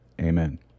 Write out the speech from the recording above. amen